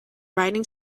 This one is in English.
riding